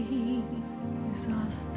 Jesus